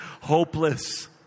hopeless